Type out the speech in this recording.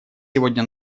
сегодня